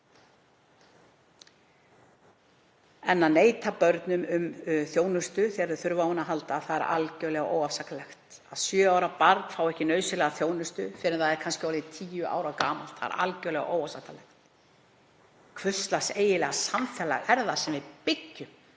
En að neita börnum um þjónustu þegar þau þurfa á henni að halda er algerlega óafsakanlegt. Að sjö ára barn fái ekki nauðsynlega þjónustu fyrr en það er kannski orðið tíu ára gamalt er algerlega óásættanlegt. Hvers lags samfélag er það sem við byggjum